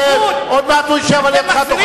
עוד מעט הוא ישב לידך,